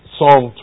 Psalm